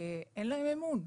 אין להם אמון.